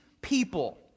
people